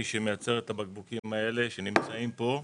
שמייצר את הבקבוקים האלה שנמצאים פה.